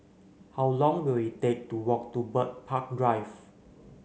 how long will it take to walk to Bird Park Drive